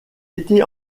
était